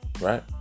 right